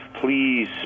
Please